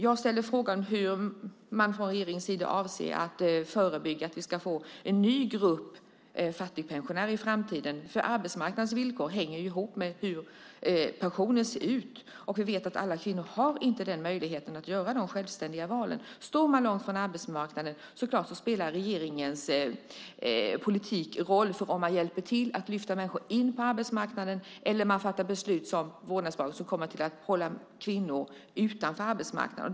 Jag ställde frågan hur man från regeringens sida avser att förebygga att vi ska få en ny grupp fattigpensionärer i framtiden. Arbetsmarknadens villkor hänger ju ihop med hur pensionen ser ut. Vi vet att alla kvinnor inte har möjligheten att göra de självständiga valen. Om man står långt från arbetsmarknaden spelar regeringens politik roll. Det handlar om att hjälpa till att lyfta människor in på arbetsmarknaden eller att fatta beslut om vårdnadsbidraget som kommer att hålla kvinnor utanför arbetsmarknaden.